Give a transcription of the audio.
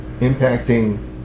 impacting